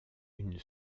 une